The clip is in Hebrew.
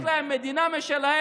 אבל כשיש להם מדינה משלהם,